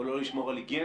או לא לשמור על היגיינה.